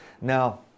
now